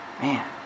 Man